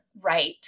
right